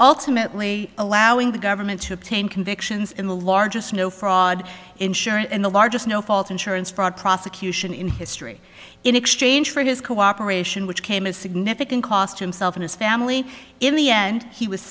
ultimately allowing the government to obtain convictions in the largest no fraud insurance in the largest no fault insurance fraud prosecution in history in exchange for his cooperation which came a significant cost himself and his family in the end he was